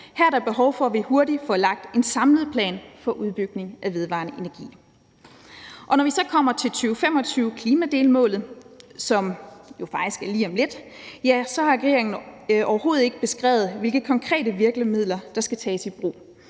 Her er der behov for, at vi hurtigt får lagt en samlet plan for udbygning af vedvarende energi. Når vi så kommer til 2025-klimadelmålet, som jo faktisk er lige om lidt, har regeringen overhovedet ikke beskrevet, hvilke konkrete virkemidler der skal tages i brug,